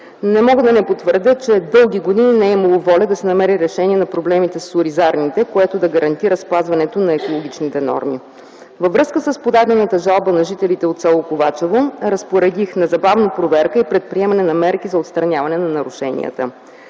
Не мога да не потвърдя, че дълги години не е имало воля да се намери решение на проблемите с оризарните, което да гарантира спазването на екологичните норми. Във връзка с подадената жалба на жителите от с. Ковачево, разпоредих незабавно проверки и предприемане на мерки за отстраняване на нарушенията.